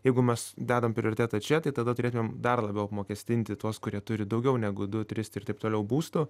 jeigu mes dedam prioritetą čia tai tada turėtumėm dar labiau apmokestinti tuos kurie turi daugiau negu du tris ir taip toliau būstų